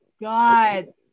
God